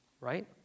Right